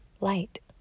light